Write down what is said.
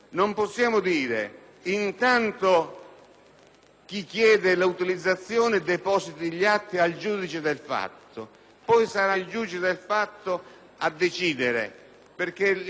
chi chiede l'autorizzazione depositi gli atti al giudice del fatto e poi sarà il giudice del fatto a decidere, perché già il momento del deposito dei documenti